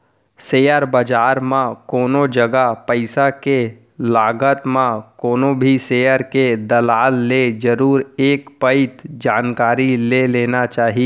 share बजार म कोनो जगा पइसा के लगात म कोनो भी सेयर के दलाल ले जरुर एक पइत जानकारी ले लेना चाही